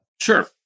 sure